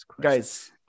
guys